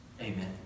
Amen